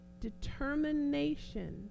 determination